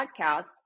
podcast